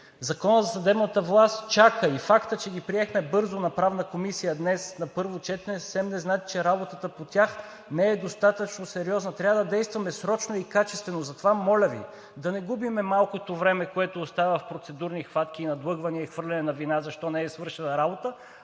Законът за съдебната власт чака и фактът, че ги приехме бързо на Правна комисия днес на първо четене, съвсем не значи, че работата по тях не е достатъчно сериозна. Трябва да действаме срочно и качествено. Затова, моля Ви, да не губим малкото време, което остава в процедурни хватки, надлъгвания и хвърляне на вина защо не е свършена работа,